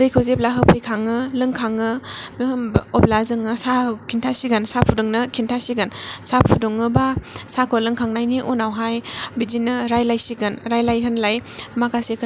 दैखौ जेब्ला होफैखाङो लोंखाङो अब्ला जोङो साहाखौ खिन्थासिगोन साहा फुदुंनो खिन्थासिगोन साहा फुदुङोबा साहाखौ लोंखांनायनि उनावहाय